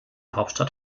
hauptstadt